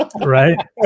right